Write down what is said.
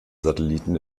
satelliten